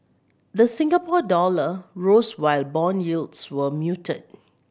the Singapore dollar rose while bond yields were muted